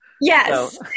Yes